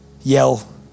yell